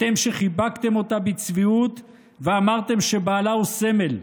אתם, שחיבקתם אותה בצביעות ואמרתם שבעלה הוא סמל,